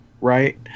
Right